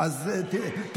די, נו באמת.